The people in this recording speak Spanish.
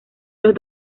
los